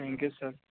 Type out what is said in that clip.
thank you sir